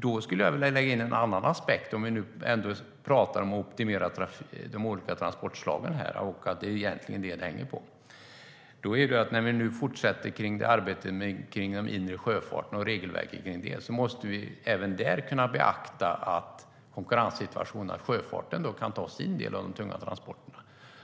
Jag skulle vilja lägga in en annan aspekt, om vi ändå talar om att optimera de olika trafikslagen och att det egentligen hänger på det. När vi nu fortsätter arbetet med den inre sjöfarten och regelverket för den måste vi även där kunna beakta konkurrenssituationen så att sjöfarten kan ta sin del av de tunga transporterna.